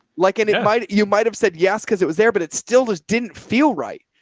like, and it might, you might've said yes, cause it was there, but it still just didn't feel right.